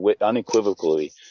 unequivocally